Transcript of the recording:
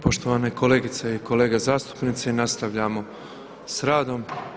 Poštovane kolegice i kolege zastupnici nastavljamo sa radom.